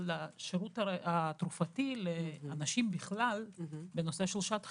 השירות התרופתי לאנשים בכלל בנושא שעת חירום.